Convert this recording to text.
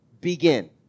begin